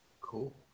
cool